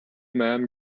man